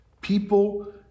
People